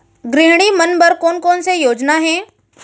गृहिणी मन बर कोन कोन से योजना हे?